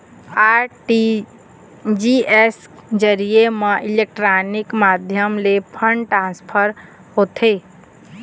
RTGS के जरिए म इलेक्ट्रानिक माध्यम ले फंड ट्रांसफर होथे